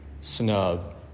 snub